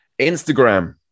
Instagram